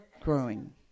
growing